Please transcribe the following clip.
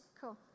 Cool